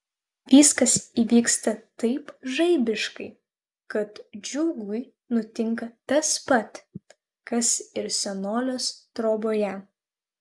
viskas įvyksta taip žaibiškai kad džiugui nutinka tas pat kas ir senolės troboje